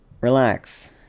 Relax